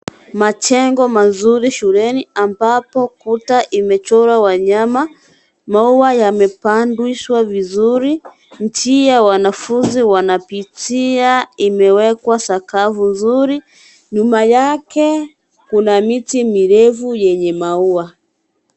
Majengo mazuri shuleni ambapo ukuta imechorwa wanyama, maua yamepandwa vizuri , Njia wanafunzi wanapitia imewekwa sakafu nzuri, nyuma yake kuna miti mirefu yenye maua.